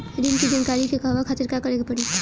ऋण की जानकारी के कहवा खातिर का करे के पड़ी?